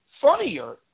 funnier